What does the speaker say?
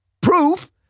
proof